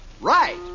Right